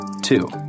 Two